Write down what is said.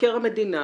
מבקר המדינה